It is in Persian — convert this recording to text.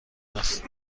است